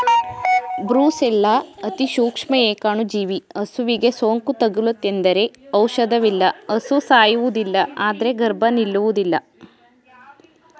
brucella ಅತಿಸೂಕ್ಷ್ಮ ಏಕಾಣುಜೀವಿ ಹಸುವಿಗೆ ಸೋಂಕು ತಗುಲಿತೆಂದರೆ ಔಷಧವಿಲ್ಲ ಹಸು ಸಾಯುವುದಿಲ್ಲ ಆದ್ರೆ ಗರ್ಭ ನಿಲ್ಲುವುದಿಲ್ಲ